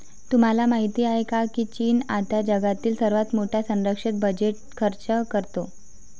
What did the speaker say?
तुम्हाला माहिती आहे का की चीन आता जगातील सर्वात मोठा संरक्षण बजेट खर्च करतो?